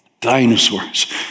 Dinosaurs